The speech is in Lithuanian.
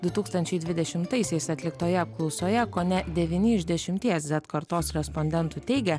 du tūkstančiai dvidešimtaisiais atliktoje apklausoje kone devyni iš dešimties zet kartos respondentų teigia